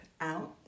out